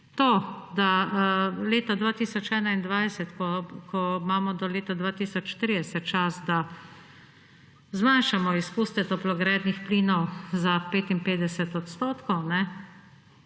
To, da leta 2021, ko imamo do leta 2030 čas, da zmanjšamo izpuste toplogrednih plinov za 55 odstotkov